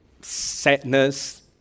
sadness